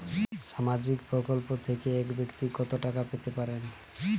সামাজিক প্রকল্প থেকে এক ব্যাক্তি কত টাকা পেতে পারেন?